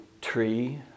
tree